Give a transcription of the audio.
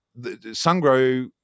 SunGrow